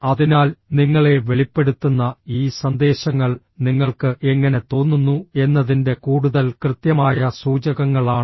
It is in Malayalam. അതിനാൽ നിങ്ങളെ വെളിപ്പെടുത്തുന്ന ഈ സന്ദേശങ്ങൾ നിങ്ങൾക്ക് എങ്ങനെ തോന്നുന്നു എന്നതിന്റെ കൂടുതൽ കൃത്യമായ സൂചകങ്ങളാണ്